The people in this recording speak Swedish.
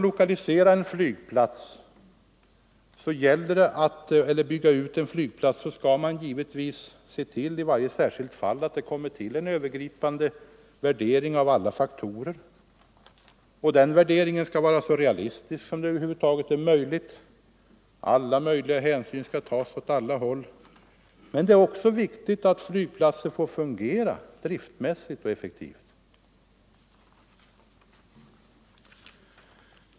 Om man vill bygga ut en flygplats skall man givetvis i varje särskilt fall se till att göra en övergripande värdering av alla faktorer. En sådan värdering skall vara så realistisk som det över huvud taget är möjligt. Alla möjliga hänsyn skall tas åt alla håll. Men det är också viktigt att flygplatser får fungera driftsmässigt och effektivt.